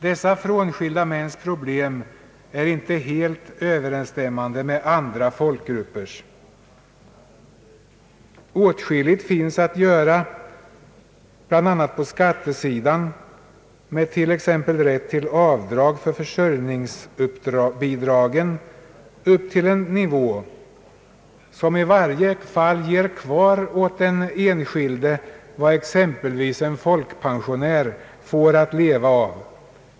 Dessa frånskilda mäns problem är inte helt överensstämmande med andra folkgruppers. Åtskilligt finns att göra, bl.a. på skattesidan — med t.ex. avdrag för försörjningsbidragen upp till en nivå som i varje fall lämnar kvar åt den enskilde vad exempelvis en folkpensionär får att leva av.